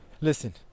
Listen